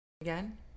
again